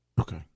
Okay